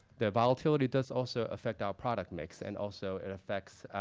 the volatility does also affect our product mix. and also, it affects